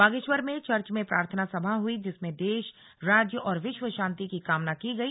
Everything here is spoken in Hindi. बागेश्वर में चर्च में प्रार्थना सभा हई जिसमें देश राज्य और विश्व शांति की कामना की गई